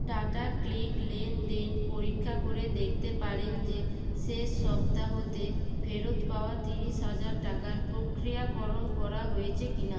টাটাক্লিক লেনদেন পরীক্ষা করে দেখতে পারেন যে শেষ সপ্তাহতে ফেরত পাওয়া ত্রিশ হাজার টাকার প্রক্রিয়াকরণ করা হয়েছে কিনা